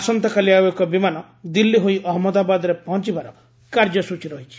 ଆସନ୍ତାକାଲି ଆଉ ଏକ ବିମାନ ଦିଲ୍ଲୀ ହୋଇ ଅହମ୍ମଦାବାଦରେ ପହଞ୍ଚିବାର କାର୍ଯ୍ୟସୂଚୀ ରହିଛି